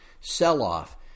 sell-off